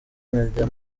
nkajya